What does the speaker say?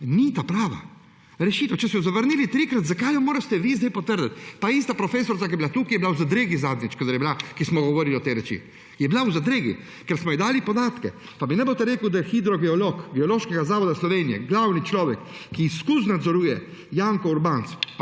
ni prava. Rešitev, če so jo zavrnili trikrat, zakaj jo morate vi zdaj potrditi? Pa ista profesorica, ki je bila tukaj, je bila v zadregi zadnjič, ko smo govorili o tej reči. Je bila v zadregi, ker smo ji dali podatke, pa mi ne boste rekli, da je hidrogeolog Geološkega zavoda Slovenije, glavni človek, ki ves čas nadzoruje, Janko Urbanc,